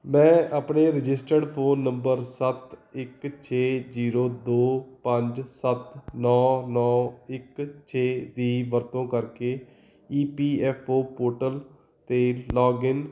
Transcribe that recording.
ਮੈਂ ਆਪਣੇ registered phone number ਸੱਤ ਇੱਕ ਛੇ ਜੀਰੋ ਦੋ ਪੰਜ ਸੱਤ ਨੌਂ ਨੌਂ ਇੱਕ ਛੇ ਦੀ ਵਰਤੋਂ ਕਰਕੇ E P F O portal 'ਤੇ ਲੌਗਇਨ